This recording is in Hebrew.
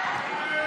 נגד?